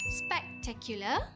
spectacular